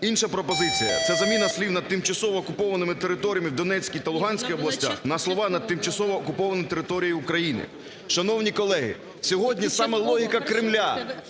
Інша пропозиція – це заміна слів "над тимчасово окупованими територіями в Донецькій та Луганській областях" на слова " над тимчасово окупованою територією України". Шановні колеги, сьогодні саме логіка Кремля